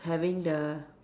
having the